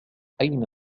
أين